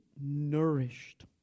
nourished